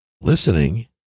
Listening